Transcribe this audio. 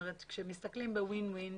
כאשר מסתכלים בווין-וין,